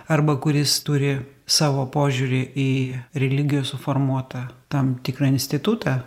arba kuris turi savo požiūrį į religijo suformuotą tam tikrą institutą